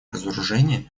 разоружения